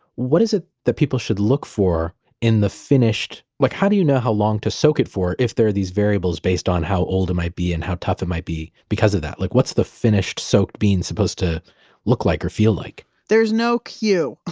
what is it that people should look for in the finished. like how do you know how long to soak it for, if there are these variables based on how old it might be and how tough it might be because of that? what's the finished soaked bean supposed to look like or feel like? there's no cue,